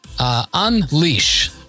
Unleash